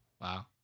Wow